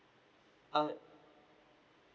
uh